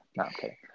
Okay